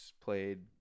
played